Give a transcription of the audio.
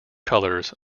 colours